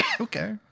Okay